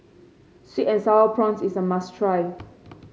sweet and sour prawns is a must try